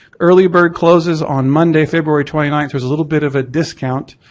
early bird closes on monday, february twenty ninth, there's a little bit of a discount,